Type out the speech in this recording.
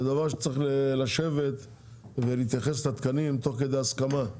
זה דבר שצריך לשבת ולהתייחס לתקנים תוך כדי הסכמה,